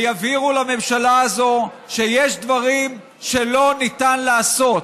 ויבהירו לממשלה הזו שיש דברים שלא ניתן לעשות,